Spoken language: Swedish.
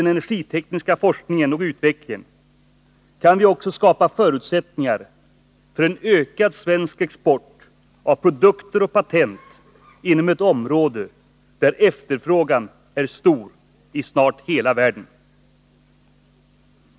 En svångremspolitik riktad mot åtgärder för att minska vår oljeförbrukning vore oförenlig med våra ekonomiska strävanden att nå samhällsekonomisk balans och trygga den svenska välfärden.